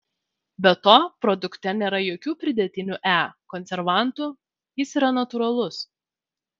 be to produkte nėra jokių pridėtinių e konservantų jis yra natūralus